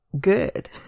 good